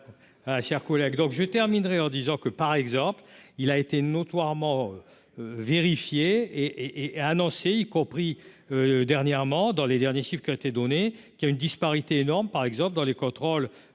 je terminerai en disant que, par exemple, il a été notoirement vérifier et et a annoncé y compris dernièrement dans les derniers chiffres été donné qu'il y a une disparité énorme par exemple dans les contrôles